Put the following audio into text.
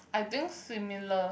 I think similar